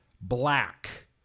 Black